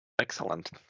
Excellent